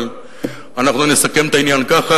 אבל אנחנו נסכם את העניין ככה,